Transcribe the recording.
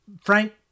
Frank